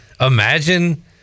imagine